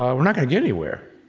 ah we're not gonna get anywhere,